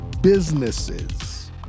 businesses